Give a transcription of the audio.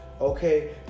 okay